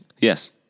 Yes